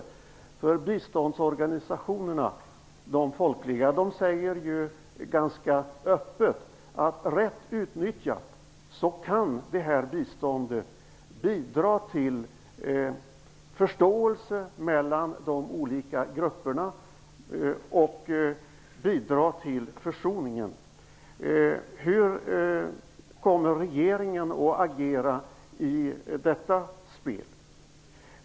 De folkliga biståndsorganisationerna säger öppet att rätt utnyttjat kan biståndet bidra till förståelse mellan de olika grupperna och försoning. Hur kommer regeringen att agera i detta spel?